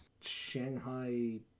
Shanghai